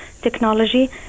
technology